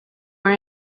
are